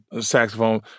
saxophone